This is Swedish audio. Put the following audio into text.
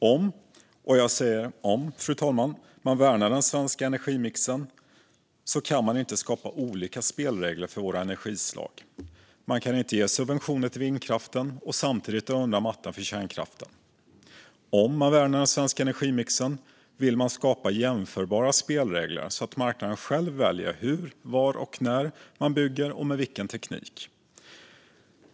Om, och jag säger om, man värnar den svenska energimixen kan man inte skapa olika spelregler för våra energislag. Man kan inte ge subventioner till vindkraften och samtidigt dra undan mattan för kärnkraften. Om man värnar den svenska energimixen vill man skapa jämförbara spelregler, så att marknaden själv väljer hur, var och när man bygger och med vilken teknik.